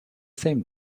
same